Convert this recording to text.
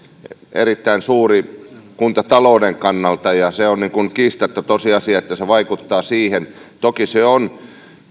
erittäin suuri kuntatalouden kannalta se on kiistatta tosiasia että se vaikuttaa siihen toki se on